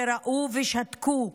שראו ושתקו,